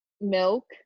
milk